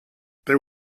there